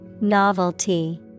Novelty